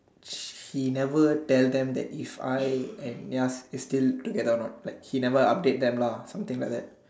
she never tell them that if I and Yaz is still together a not she never update them lah something like that